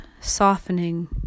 softening